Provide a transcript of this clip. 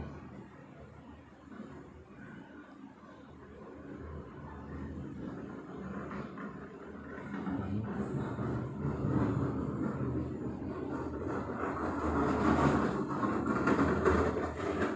mmhmm